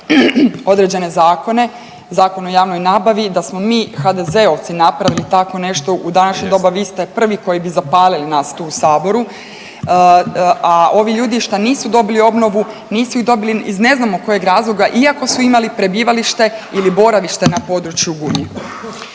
određene zakone, Zakon o javnoj nabavi. Da smo mi HDZ-ovci napravili tako nešto u današnje doba vi ste prvi koji bi zapalili nas tu u saboru, a ovi ljudi šta nisu dobili obnovu nisu ju dobili iz ne znamo kojeg razloga iako su imali prebivalište ili boravište na području Gunje.